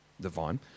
divine